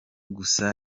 gusa